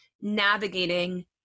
navigating